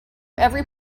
every